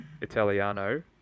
Italiano